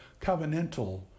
covenantal